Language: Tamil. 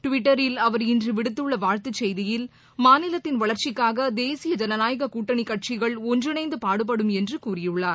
டுவிட்டரில் அவர் இன்று விடுத்துள்ள வாழ்த்து செய்தியில் மாநிலத்தின் வளர்ச்சிக்காக தேசிய ஜனநாயக கூட்டணி கட்சிகள் ஒன்றிணைந்து பாடுபடும் என்று கூறியுள்ளார்